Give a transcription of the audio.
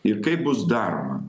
ir kaip bus daroma